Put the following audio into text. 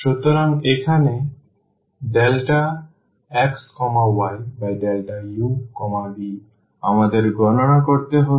সুতরাং এখানে xyuv আমাদের গণনা করতে হবে